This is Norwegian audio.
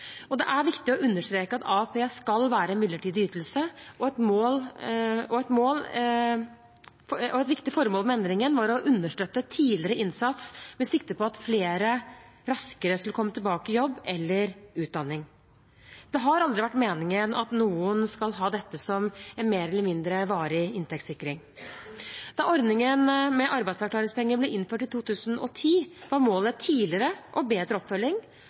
Det er viktig å understreke at AAP skal være en midlertidig ytelse, og et viktig formål med endringene var å understøtte tidligere innsats med sikte på at flere raskere skulle komme tilbake i jobb eller utdanning. Det har aldri vært meningen at noen skal ha dette som en mer eller mindre varig inntektssikring. Da ordningen med arbeidsavklaringspenger ble innført i 2010, var målet tidligere og bedre oppfølging